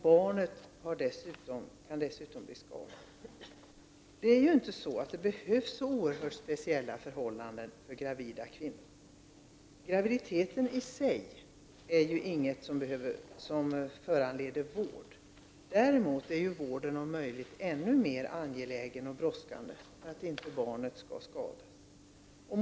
Barnet kan dessutom bli skadat. Det behövs inte så oerhört speciella förhållanden för gravida kvinnor. Graviditeten i sig är inte något som föranleder vård. Däremot är vården om möjligt ännu mer angelägen och brådskande för att inte barnet skall ta skada.